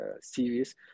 series